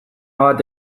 bat